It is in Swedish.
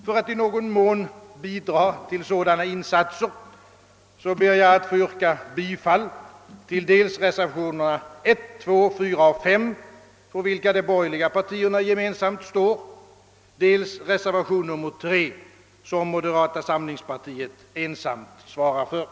För att i någon mån bidra till sådana insatser ber jag att få yrka bifall till dels reservationerna 1, 2, 4 och 5 som avgivits av de borgerliga partierna gemensamt, dels reservationen 3 som moderata samlingspartiet ensamt har avgivit.